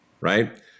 right